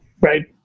right